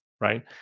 right